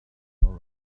all